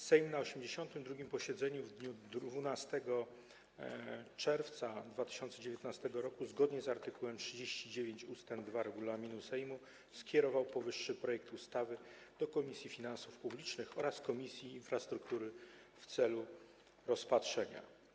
Sejm na 82. posiedzeniu w dniu 12 czerwca 2019 r., zgodnie z art. 39 ust. 2 regulaminu Sejmu, skierował powyższy projekt ustawy do Komisji Finansów Publicznych oraz Komisji Infrastruktury w celu rozpatrzenia.